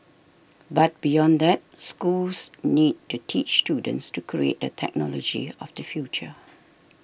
but beyond that schools need to teach students to create the technology of the future